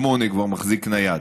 שמונה כבר מחזיק נייד.